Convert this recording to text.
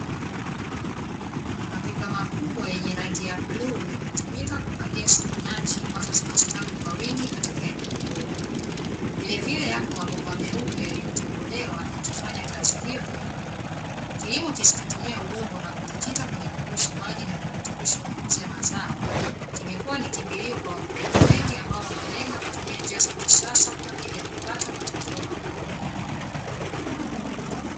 Mapipa makubwa yenye rangi ya bluu yametumika kupandia spinachi ambazo zimestawi kwa wingi katika eneo dogo, vilevile yako mabomba meupe yaliyo tobolewa yakifanyakazi hiyohiyo. Kilimo kisicho tumia udongo na kujikita kwenye kuruhusu maji na virutubisho vikuze mazao kimekuwa ni kimbilio kwa wakulima wengi ambao wamelenga kutumia njia za kisasa kwa ajili ya kupata matokeo makubwa.